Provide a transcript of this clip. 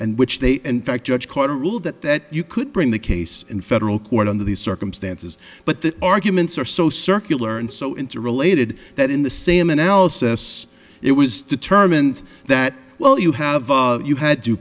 and which they in fact judge carter ruled that that you could bring the case in federal court under these circumstances but the arguments are so circular and so interrelated that in the same analysis it was determined that well you have you had